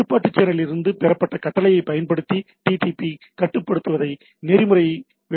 கட்டுப்பாட்டு சேனலில் இருந்து பெறப்பட்ட கட்டளையைப் பயன்படுத்தி டிடிபி கட்டுப்படுத்துவதை நெறிமுறை விளக்குகிறது